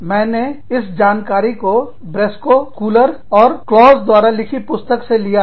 मैंने इस जानकारी को ब्रिस्स्को स्कुलर और क्लॉसद्वारा लिखी पुस्तक से लिया है